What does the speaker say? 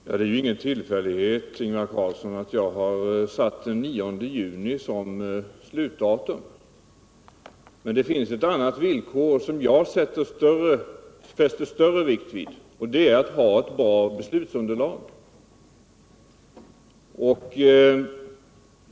Herr talman! Det är ingen tillfällighet, Ingvar Carlsson, att jag har satt den 9 juni som slutdatum. Men det finns en annan sak som jag fäster större vikt vid, och det är att ha ett bra beslutsunderlag.